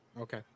Okay